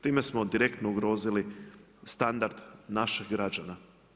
Time smo direktno ugrozili standard našeg građana.